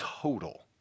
total